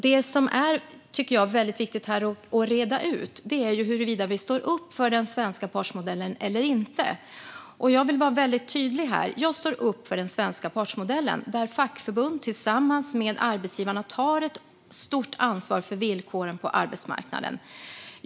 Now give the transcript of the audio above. Det som jag tycker är väldigt viktigt att reda ut är huruvida vi står upp för den svenska partsmodellen eller inte. Jag vill vara väldigt tydlig här: Jag står upp för den svenska partsmodellen, där fackförbund tillsammans med arbetsgivarna tar ett stort ansvar för villkoren på arbetsmarknaden.